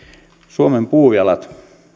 suomen puujalat